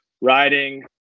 riding